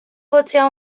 jotzea